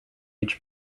each